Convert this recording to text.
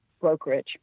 brokerage